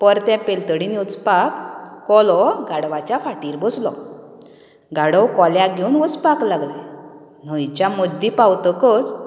परतें पलतडीन वचपाक कोलो गाडवाच्या फाटीर बसलो गाडव कोल्याक घेवन वचपाक लागलें न्हंयच्या मद्दी पावतकच